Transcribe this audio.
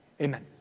Amen